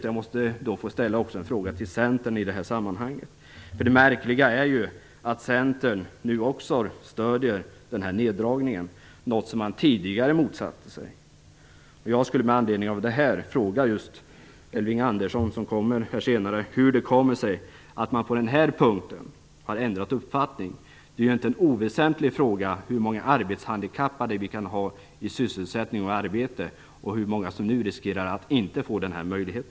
Men jag vill även ställa en fråga till Centern i detta sammanhang, för det märkliga är ju att Centern nu stöder denna neddragning som man tidigare motsatte sig. Med anledning av detta vill jag fråga Elving Andersson hur det kommer sig att man på den här punkten har ändrat uppfattning. Antalet arbetshandikappade i sysselsättning och arbete är ju inte en oväsentlig fråga. Det är många som nu riskerar att inte få en sådan möjlighet.